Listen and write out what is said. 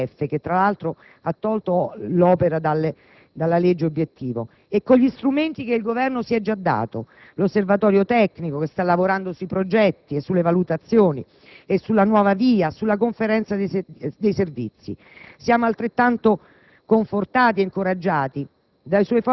nel DPEF (che, tra l'altro, ha tolto l'opera dalla legge obiettivo) e con gli strumenti che il Governo si è dato, come l'Osservatorio tecnico che sta lavorando sui progetti e sulle valutazioni, sulla nuova VIA e sulla Conferenza dei servizi. Siamo altrettanto confortati e incoraggiati